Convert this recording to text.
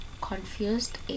confused